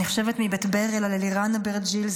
אני חושבת מבית ברל על אלירן אברג'יל,